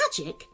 magic